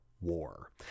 War